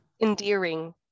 endearing